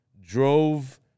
drove